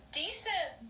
decent